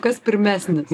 kas pirmesnis